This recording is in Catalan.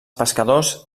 pescadors